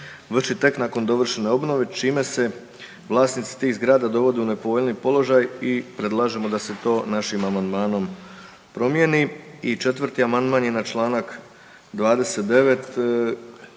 vrši tek nakon dovršene obnove čime se vlasnici tih zgrada dovode u nepovoljniji položaj i predlažemo da se to našim amandmanom promijeni. I četvrti amandman je na čl. 29.